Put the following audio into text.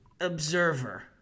observer